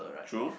true